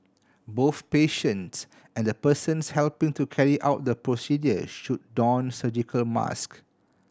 both patients and the persons helping to carry out the procedure should don surgical mask